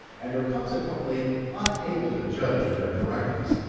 and are consequently unable to judge of their correctness,